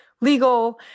legal